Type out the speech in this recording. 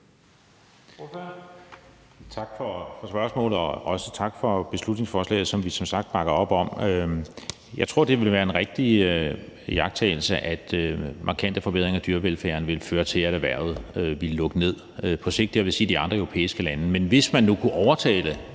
Tak for spørgsmålet, og også tak for beslutningsforslaget, som vi som sagt bakker op om. Jeg tror, det er en rigtig iagttagelse, at markante forbedringer af dyrevelfærden ville føre til, at erhvervet ville lukke ned på sigt. Det har vi set i andre europæiske lande.